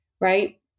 right